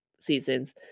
seasons